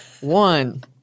One